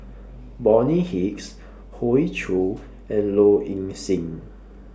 Bonny Hicks Hoey Choo and Low Ing Sing